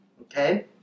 Okay